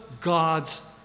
God's